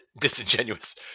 disingenuous